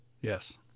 yes